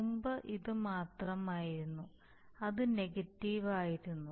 മുമ്പ് ഇത് മാത്രമായിരുന്നു അത് നെഗറ്റീവ് ആയിരുന്നു